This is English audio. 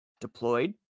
deployed